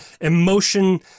emotion